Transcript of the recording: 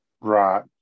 Right